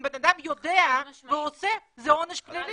אם בן אדם יודע והוא עושה זה עונש פלילי,